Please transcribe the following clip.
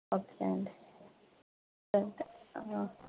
ఒకే అండి